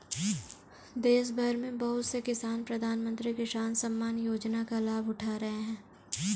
देशभर में बहुत से किसान प्रधानमंत्री किसान सम्मान योजना का लाभ उठा रहे हैं